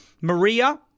Maria